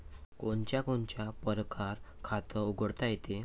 कोनच्या कोनच्या परकारं खात उघडता येते?